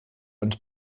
und